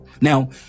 Now